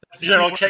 general